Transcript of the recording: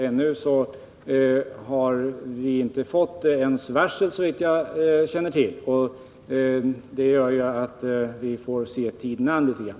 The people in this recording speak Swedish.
Ännu har vi, såvitt jag känner till, inte ens fått några varsel. Det gör att vi får se tiden an.